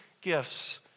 gifts